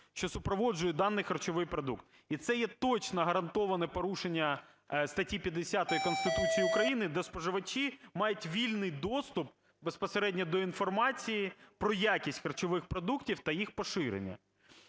що супроводжує даний харчовий продукт. І це є точно гарантоване порушення статті 50 Конституції України, де споживачі мають вільний доступ безпосередньо до інформації про якість харчових продуктів та їх поширення.